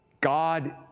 God